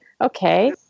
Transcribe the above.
Okay